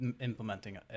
implementing